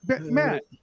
Matt